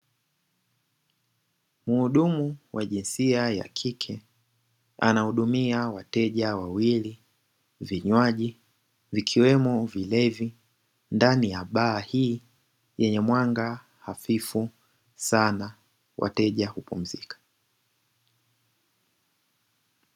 Mhudumu wa jinsia ya kike anahudumia wateja wawili vinywaji vikiwemo vilevi, ndani ya baa hii yenye mwanga hafifu sana wateja hupumzika.